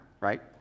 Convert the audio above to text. right